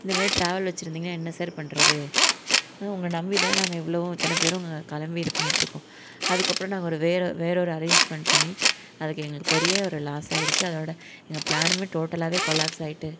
இந்த மாரி ட்ராவல் வச்சிருந்தீங்கன்னா என்ன சார் பண்ணுறது உங்களை நம்பி தான் நாங்கள் இவ்வளோவும் இத்தனை பேரும் நாங்கள் கிளம்பி இது பண்ணிகிட்டு இருக்கோம் அதுக்கப்புறம் நாங்கள் ஒரு வேற வேற ஒரு அரேஞ்மென்ட் பண்ணி அதுக்கு எங்களுக்கு பெரிய ஒரு லாஸ் ஆகிருச்சி அதோடய எங்கள் பிளானும் டோட்டலாக கொலாப்ஸ் ஆகிட்டு